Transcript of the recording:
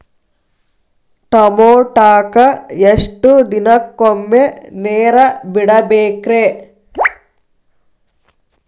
ಟಮೋಟಾಕ ಎಷ್ಟು ದಿನಕ್ಕೊಮ್ಮೆ ನೇರ ಬಿಡಬೇಕ್ರೇ?